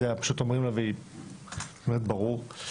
פשוט אומרים לה והיא אומרת ברור.